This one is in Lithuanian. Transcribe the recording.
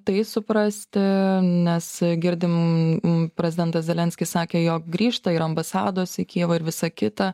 tai suprasti nes girdim prezidentas zelenskis sakė jog grįžta ir ambasados į kijevą ir visa kita